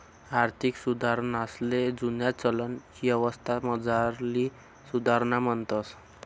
आर्थिक सुधारणासले जुना चलन यवस्थामझारली सुधारणा म्हणतंस